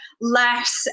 less